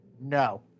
No